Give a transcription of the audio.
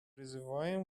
призываем